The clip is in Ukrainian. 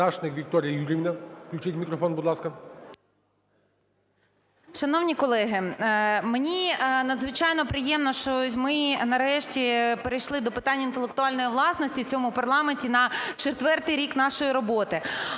Вікторія Юріївна. Включіть мікрофон, будь ласка. 16:07:44 ПТАШНИК В.Ю. Шановні колеги, мені надзвичайно приємно, що ми нарешті перейшли до питань інтелектуальної власності в цьому парламенті на четвертий рік нашої роботи.